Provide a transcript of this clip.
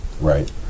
right